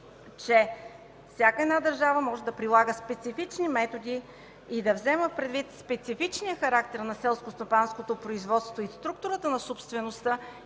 че всяка една държава може да прилага специфични методи и да взема предвид специфичния характер на селскостопанското производство и структурата на собствеността